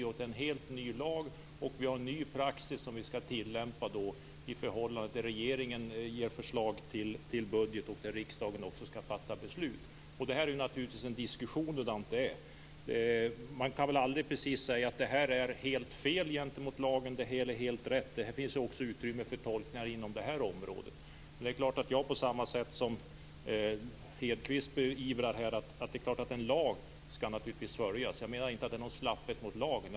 Det är en helt ny lag, och vi har en ny praxis att tilllämpa i förhållande till regeringens budgetförslag, som riksdagen också skall besluta om. Det kan diskuteras hurdant detta är. Man kan nog aldrig säga att något är helt fel eller helt rätt gentemot lagen. Det finns utrymme för tolkningar inom det här området. Självfallet menar också jag, på samma sätt som Lennart Hedquist, att en lag naturligtvis skall följas. Det handlar inte om någon slapphet mot lagen.